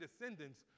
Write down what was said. descendants